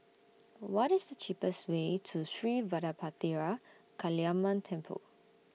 What IS The cheapest Way to Sri Vadapathira Kaliamman Temple